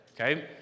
Okay